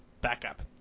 backup